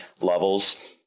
levels